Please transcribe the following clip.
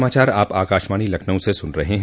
यह समाचार आप आकाशवाणी लखनऊ से सुन रहे हैं